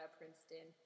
Princeton